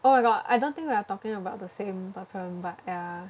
oh my god I don't think we are talking about the same person but ya